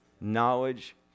knowledge